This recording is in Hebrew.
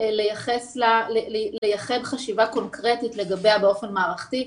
לייחד חשיבה קונקרטית לגביה באופן מערכתי,